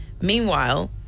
Meanwhile